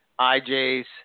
IJ's